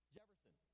jefferson